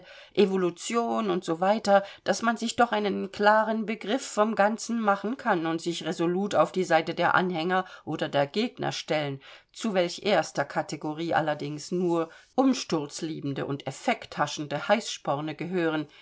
evolution und so weiter daß man sich doch einen klaren begriff vom ganzen machen kann und sich resolut auf die seite der anhänger oder der gegner stellen zu welch erster kategorie allerdings nur umsturzliebende und effekthaschende heißsporne gehören